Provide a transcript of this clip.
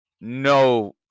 no